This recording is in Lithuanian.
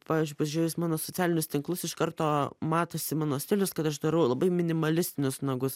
pavyzdžiui pažiūrėjus mano socialinius tinklus iš karto matosi mano stilius kad aš darau labai minimalistinis nagus